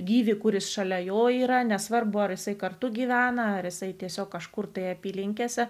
gyvį kuris šalia jo yra nesvarbu ar jisai kartu gyvena ar jisai tiesiog kažkur tai apylinkėse